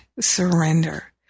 surrender